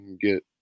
get